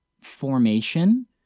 formation